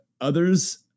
others